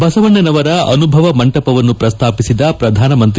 ಬಸವಣ್ಣನವರ ಅನುಭವ ಮಂಟಪವನ್ನು ಪ್ರಸ್ತಾಪಿಸಿದ ಪ್ರಧಾನಮಂತ್ರಿ